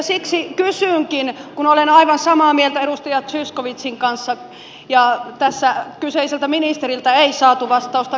siksi kysynkin pääministeriltä kun olen aivan samaa mieltä edustaja zyskowiczin kanssa ja kyseiseltä ministeriltä ei saatu vastausta